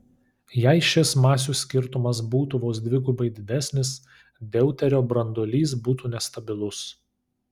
jei šis masių skirtumas būtų vos dvigubai didesnis deuterio branduolys būtų nestabilus